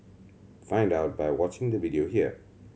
find out by watching the video here